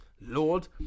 Lord